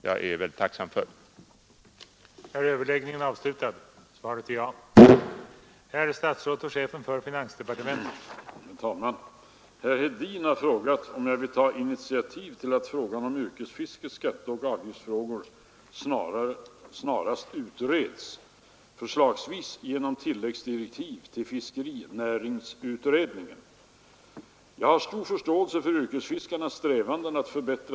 Jag tackar än en gång för svaret.